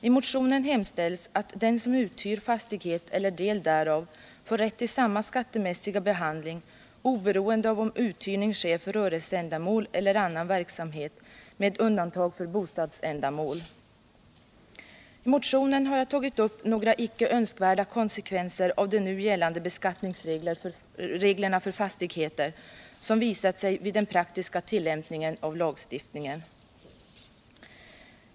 I motionen hemställs att den som uthyr fastighet eller del därav får rätt till samma skattemässiga behandling oberoende av om uthyrning 19 I motionen har jag tagit upp några icke önskvärda konsekvenser av de nu gällande beskattningsreglerna för fastigheter, som visat sig vid den praktiska tillämpningen av lagstiftningen.